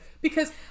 because-